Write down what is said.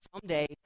someday